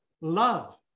love